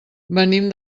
venim